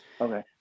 okay